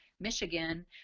Michigan